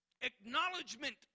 Acknowledgement